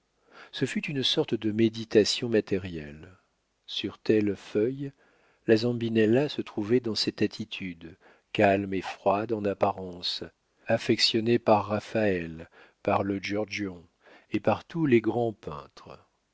ce fut une sorte de méditation matérielle sur telle feuille la zambinella se trouvait dans cette attitude calme et froide en apparence affectionnée par raphaël par le giorgion et par tous les grands peintres